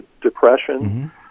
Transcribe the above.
depression